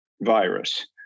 virus